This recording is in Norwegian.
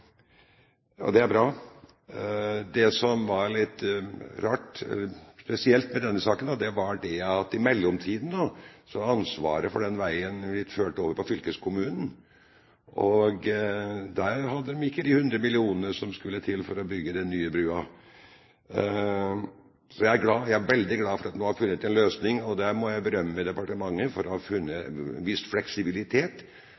det er bra. Det som var litt rart, litt spesielt, med denne saken, var at i mellomtiden har ansvaret for den veien blitt ført over til fylkeskommunen, og der hadde man ikke de 100 mill. kr som skulle til for å bygge den nye brua. Så jeg er veldig glad for at man nå har funnet en løsning, og der må jeg berømme departementet for å ha